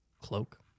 cloak